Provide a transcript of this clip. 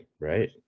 right